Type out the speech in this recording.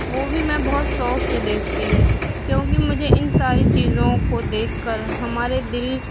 وہ بھی میں بہت شوق سے دیکھتی ہوں کیونکہ مجھے ان ساری چیزوں کو دیکھ کر ہمارے دل